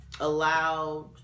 allowed